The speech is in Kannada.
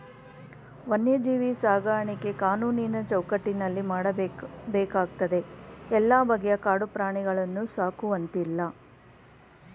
ವನ್ಯಜೀವಿ ಸಾಕಾಣಿಕೆ ಕಾನೂನಿನ ಚೌಕಟ್ಟಿನಲ್ಲಿ ಮಾಡಬೇಕಾಗ್ತದೆ ಎಲ್ಲ ಬಗೆಯ ಕಾಡು ಪ್ರಾಣಿಗಳನ್ನು ಸಾಕುವಂತಿಲ್ಲ